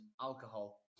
alcohol